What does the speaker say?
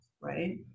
Right